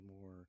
more